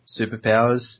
superpowers